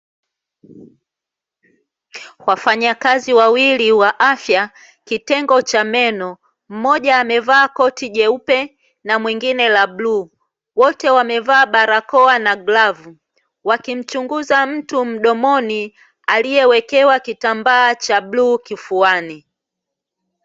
Wafanyakazi wawili wa afya kitengo cha meno, mmoja amevaa koti jeupe na mwingine la bluu. Wote wamevaa barakoa na glavu wakimchunguza mtu mdomoni aliyewekewa kitambaa cha bluu kifuani.